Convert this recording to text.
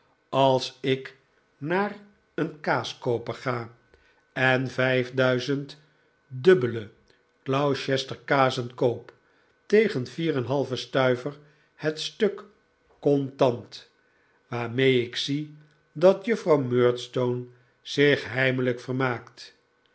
als ik naar een kaaskooper ga en vijfduizend dubbele gloucestersche kazen koop tegen vier en een halven stuiver het stuk contant waarmee ik zie dat juffrouw murdstone zich heimelijk vermaakt